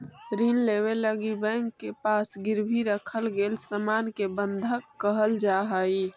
ऋण लेवे लगी बैंक के पास गिरवी रखल गेल सामान के बंधक कहल जाऽ हई